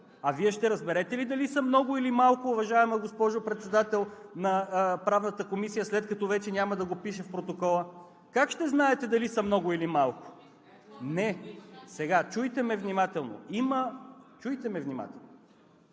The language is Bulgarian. А Вие ще разберете ли дали са много, или малко, уважаема госпожо Председател на Правната комисия, след като вече няма да го пише в протокола? Как ще знаете дали са много, или малко? (Шум и реплики.) Сега, чуйте ме внимателно!